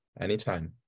anytime